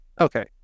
Okay